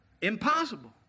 Impossible